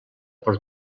per